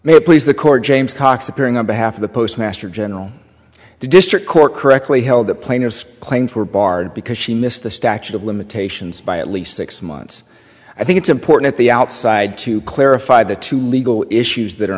it please the court james cox appearing on behalf of the postmaster general the district court correctly held the plaintiff's claims were barred because she missed the statute of limitations by at least six months i think it's important at the outside to clarify the two legal issues that are